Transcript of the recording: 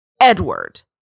Edward